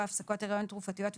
הפסקות הריון תרופתיות וכירורגיות".